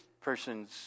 person's